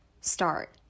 Start